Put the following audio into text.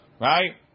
right